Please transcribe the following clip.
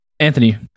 Anthony